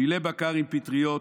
פילה בקר עם פטריות,